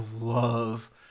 love